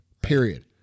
Period